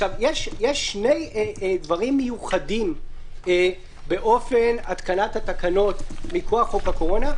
יש שני דברים מיוחדים באופן התקנת התקנות מכוח חוק הקורונה,